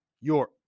York